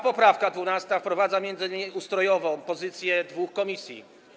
Poprawka 12. wprowadza m.in. ustrojową pozycję dwóch komisji.